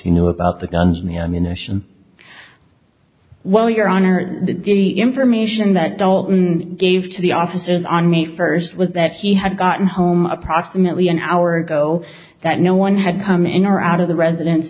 he knew about the guns in the ammunition well your honor the information that don't gave to the officers on me first was that he had gotten home approximately an hour ago that no one had come in or out of the residen